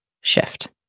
shift